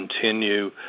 continue